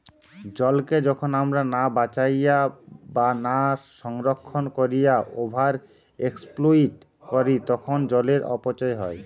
জলকে যখন আমরা না বাঁচাইয়া বা না সংরক্ষণ কোরিয়া ওভার এক্সপ্লইট করি তখন জলের অপচয় হয়